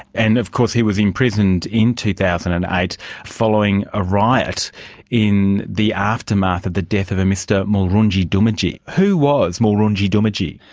and of course, he was imprisoned in two thousand and eight following a riot in the aftermath of the death of a mr mulrunji doomadgee. who was mulrunji doomadgee?